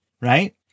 right